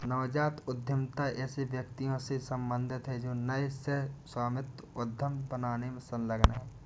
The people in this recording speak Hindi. नवजात उद्यमिता ऐसे व्यक्तियों से सम्बंधित है जो नए सह स्वामित्व उद्यम बनाने में संलग्न हैं